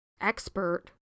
expert